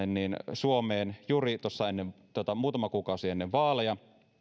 suomeen juuri tuossa muutama kuukausi ennen vaaleja